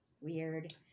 Weird